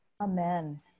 Amen